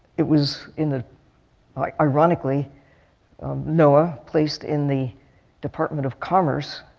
it was in the ironically noaa placed in the department of commerce.